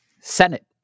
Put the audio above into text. Senate